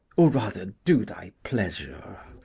or rather do thy pleasure.